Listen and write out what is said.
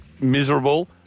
miserable